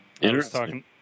Interesting